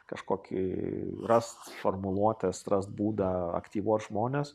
kažkokį rast formuluotes rast būdą aktyvuot žmones